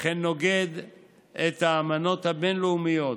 וכן נוגד את האמנות הבין-לאומיות